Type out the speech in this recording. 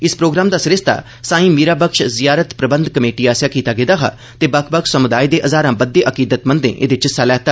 इस प्रोग्राम दा सरिस्ता साईं मीरां बख्श जियारत प्रबंध कमेटी आसेआ कीता गेदा हा ते बक्ख बक्ख समुदायें दे हजारां बढ्वे अकीदतमंदें एहदे च हिस्सा लैता